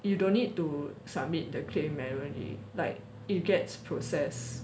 you don't need to submit the claim manually like it gets processed